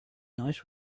night